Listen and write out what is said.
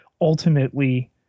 ultimately